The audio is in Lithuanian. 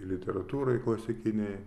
literatūroj klasikinėj